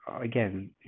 again